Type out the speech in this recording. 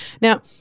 Now